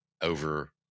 over